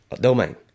domain